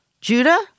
Judah